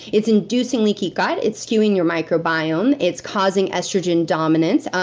it's inducing leaky gut. it's skewing your microbiome. it's causing estrogen dominance.